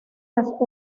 las